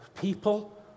people